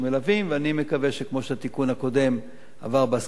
אני מקווה שכמו שהתיקון הקודם עבר בהסכמה רחבה,